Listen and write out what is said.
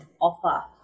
offer